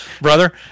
brother